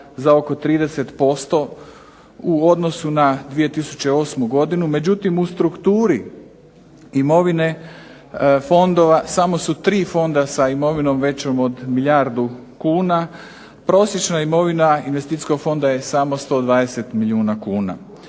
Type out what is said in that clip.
za oko 30% u odnosu na 2008. godinu, međutim u strukturi imovine fondova samo su tri fonda sa imovinom većom od milijardu kuna, prosječna imovina Investicijskog fonda samo 120 milijuna kuna.